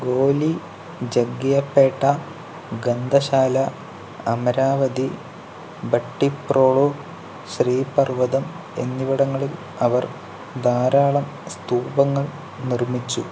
ഗോലി ജഗ്ഗിയപേട്ട ഗന്തശാല അമരാവതി ഭട്ടിപ്രോളു ശ്രീ പർവ്വതം എന്നിവിടങ്ങളിൽ അവർ ധാരാളം സ്തൂപങ്ങൾ നിർമ്മിച്ചു